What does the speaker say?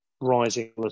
rising